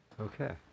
Okay